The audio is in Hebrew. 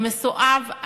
המסואב,